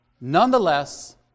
nonetheless